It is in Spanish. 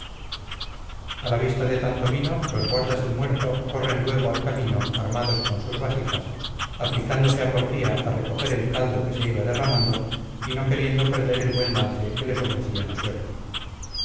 a la vista de tanto vino los guardas del muerto corren luego al camino armados con sus vasijas aplicándose a porfía a recoger el caldo que se iba derramando y no queriendo perder el buen lance que les ofrecía la suerte